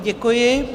Děkuji.